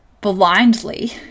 blindly